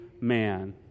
man